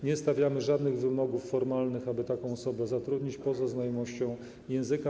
Nie stawiamy żadnych wymogów formalnych, aby taką osobę zatrudnić, poza znajomością języka.